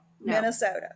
Minnesota